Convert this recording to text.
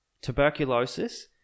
tuberculosis